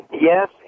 Yes